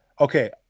Okay